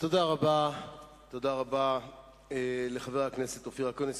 תודה רבה לחבר הכנסת אופיר אקוניס.